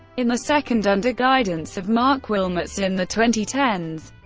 in the second, under guidance of marc wilmots in the twenty ten